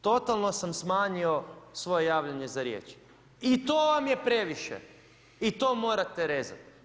Totalno sam smanjio svoje javljanje za riječ i to vam je previše i to morate rezati.